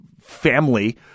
family